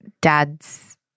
dad's